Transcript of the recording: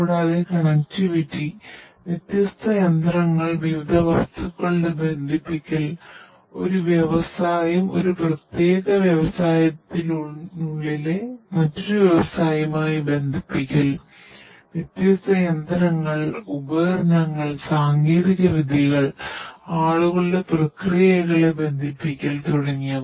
കൂടാതെ കണക്റ്റിവിറ്റി വ്യത്യസ്ത യന്ത്രങ്ങൾ വിവിധ വസ്തുക്കളെ ബന്ധിപ്പിക്കൽ ഒരു വ്യവസായം ഒരു പ്രത്യേക വ്യവസായത്തിനുള്ളിലെ മറ്റൊരു വ്യവസായവുമായി ബന്ധിപ്പിക്കൽ വ്യത്യസ്ത യന്ത്രങ്ങൾ ഉപകരണങ്ങൾ സാങ്കേതികവിദ്യകൾ ആളുകളുടെ പ്രക്രിയകളെ ബന്ധിപ്പിക്കൽ തുടങ്ങിയവ